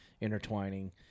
Intertwining